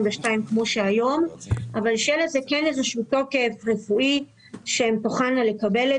כפי שנהוג כיום אבל שכן יהיה לזה איזשהו תוקף רפואי שהן תוכלנה לקבל.